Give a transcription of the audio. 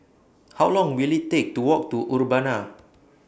How Long Will IT Take to Walk to Urbana